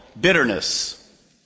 Bitterness